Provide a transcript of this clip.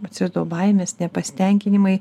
pasijuto baimės nepasitenkinimai